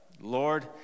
Lord